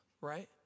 right